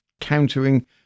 countering